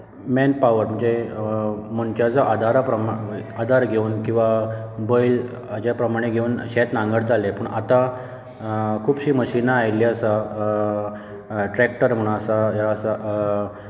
man power जें मनशाच्या आदारा प्रमाण आदार घेवन किंवा बैल हाजें प्रमाणें घेवून शेत नांगरताले पूण आतां खुबशीं मशिनां आयिल्ली आसात ट्रॅक्टर म्हूण आसा हें आसा